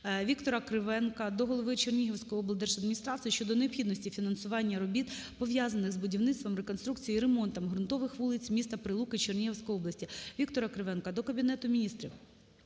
Віктора Кривенка до голови Чернігівської облдержадміністрації щодо необхідності фінансування робіт, пов'язаних з будівництвом, реконструкцією та ремонтом ґрунтових вулиць міста Прилуки Чернігівської області. Віктора Кривенка до Кабінету Міністрів,